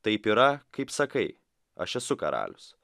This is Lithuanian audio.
taip yra kaip sakai aš esu karalius